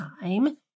time